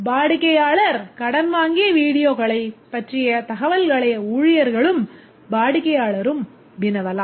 வாடிக்கையாளர் கடன் வாங்கிய வீடியோக்களைப் பற்றிய தகவல்களை ஊழியர்களும் வாடிக்கையாளரும் வினவலாம்